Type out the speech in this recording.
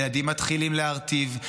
ילדים מתחילים להרטיב,